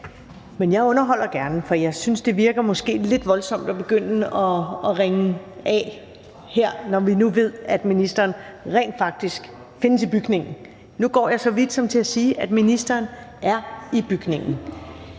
Men jeg underholder gerne, for jeg synes måske, det virker lidt voldsomt at begynde og ringe af, når vi nu ved, at ministeren rent faktisk findes i bygningen. Nu går jeg så vidt som til at sige, at ministeren er i bygningen.